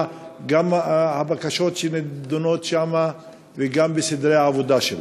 גם הבקשות שנדונות שם וגם בסדרי העבודה שלה?